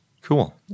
Cool